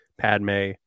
Padme